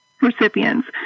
recipients